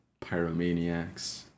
pyromaniacs